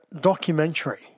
documentary